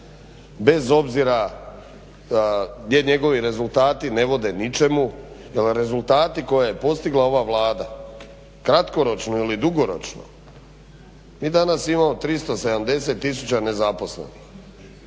bez obzira gdje njegovi rezultati ne vode ničemu jer rezultati koje je postigla ova Vlada kratkoročno ili dugoročno mi danas imamo 370 tisuća nezaposlenih.